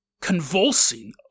convulsing